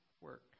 work